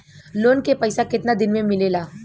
Loan के पैसा कितना दिन मे मिलेला?